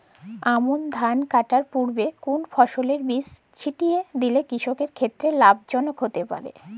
আমন ধান কাটার পূর্বে কোন ফসলের বীজ ছিটিয়ে দিলে কৃষকের ক্ষেত্রে লাভজনক হতে পারে?